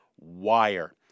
Wire